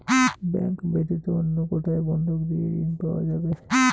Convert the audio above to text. Bank ব্যাতীত অন্য কোথায় বন্ধক দিয়ে ঋন পাওয়া যাবে?